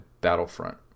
Battlefront